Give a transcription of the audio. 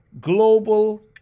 global